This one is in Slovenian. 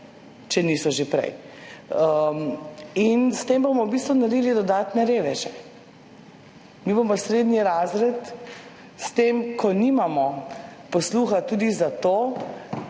če niso že prej. S tem bomo v bistvu naredili dodatne reveže. Mi bomo srednji razred s tem, ko nimamo posluha tudi za to,